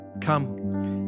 come